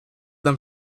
them